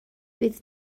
bydd